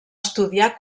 estudiar